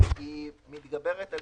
מתגברת על